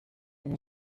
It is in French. onze